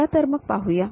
चला तर मग पाहूया